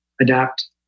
adapt